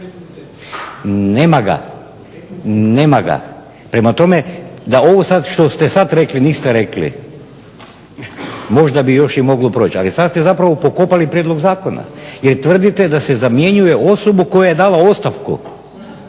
nema. Nema ga. Prema tome, da ovo sad što ste sad rekli niste rekli možda bi još i moglo proći. Ali sad ste zapravo pokopali prijedlog zakona jer tvrdite da se zamjenjuje osobu koja je dala ostavku,